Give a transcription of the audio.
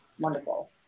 wonderful